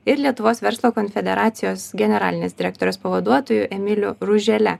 ir lietuvos verslo konfederacijos generalinės direktorės pavaduotoju emiliu ružele